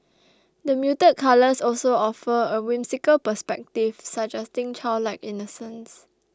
the muted colours also offer a whimsical perspective suggesting childlike innocence